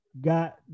got